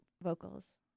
vocals